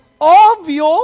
Obvious